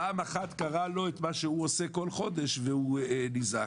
פעם אחת קרה לו את מה שהוא עושה כל חודש והוא נזעק.